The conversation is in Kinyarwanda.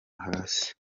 hasi